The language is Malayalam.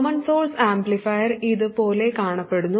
കോമൺ സോഴ്സ് ആംപ്ലിഫയർ ഇത് പോലെ കാണപ്പെടുന്നു